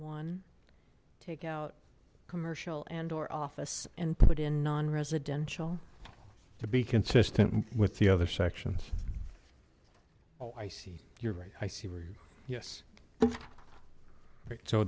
one take out commercial andor office and put in non residential to be consistent with the other sections oh i see you're right i see